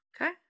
Okay